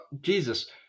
Jesus